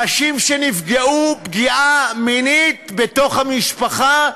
נשים שנפגעו פגיעה מינית בתוך המשפחה.